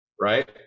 right